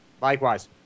Likewise